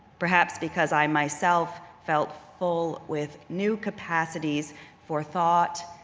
perhaps because i myself felt full with new capacities for thought,